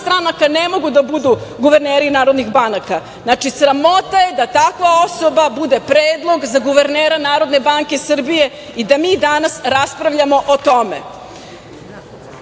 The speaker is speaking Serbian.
stranaka ne mogu da budu guverneri narodnih banaka. Znači, sramota je da takva osoba bude predlog za guvernera Narodne banke Srbije i da mi danas raspravljamo o tome. Ono